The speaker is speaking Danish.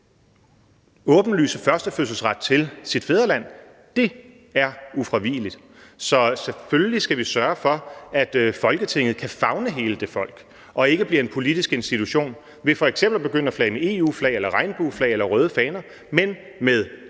åbenlyse førstefødselsret til sit fædreland – det er ufravigeligt. Så selvfølgelig skal vi sørge for, at Folketinget kan favne hele det folk og ikke bliver en politisk institution ved f.eks. at begynde at flage med EU-flag, regnbueflag eller røde faner – men med